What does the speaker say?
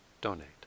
donate